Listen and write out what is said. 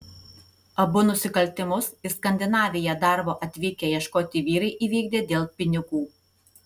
abu nusikaltimus į skandinaviją darbo atvykę ieškoti vyrai įvykdė dėl pinigų